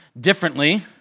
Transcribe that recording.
differently